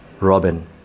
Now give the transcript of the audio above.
Robin